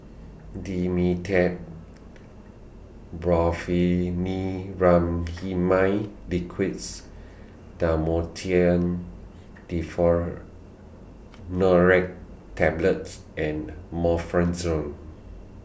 Dimetapp Brompheniramine Liquid's Dhamotil Tablets and Omeprazole